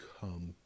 come